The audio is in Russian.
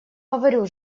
говорю